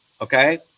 Okay